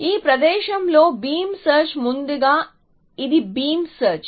ఈ ప్రదేశంలో beam search ముందుగా ఇది బీమ్ సెర్చ్